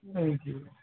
ہوں ہوں